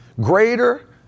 Greater